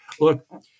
Look